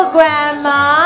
Grandma